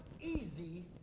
easy